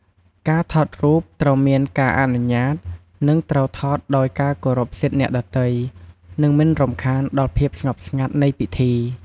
ការថតរូបត្រូវមានការអនុញ្ញាត និងត្រូវថតដោយការគោរពសិទ្ធិអ្នកដទៃ និងមិនរំខានដល់ភាពស្ងប់ស្ងាត់នៃពិធី។